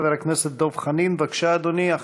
חבר הכנסת דב חנין, בבקשה, אדוני.